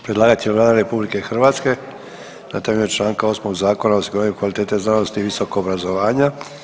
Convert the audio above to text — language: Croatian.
Predlagatelj je Vlada RH na temelju čl. 8. Zakona o osiguravanju kvalitete znanosti i visokog obrazovanja.